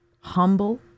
humble